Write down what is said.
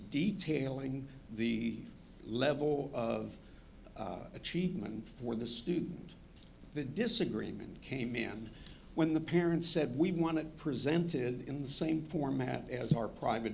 detailing the level of achievement for the student the disagreement came in when the parents said we want it presented in the same format as our private